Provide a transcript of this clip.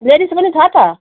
ladies पनि छ त